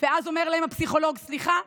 ואז אומר להם הפסיכולוג: סליחה,